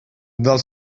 del